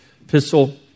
epistle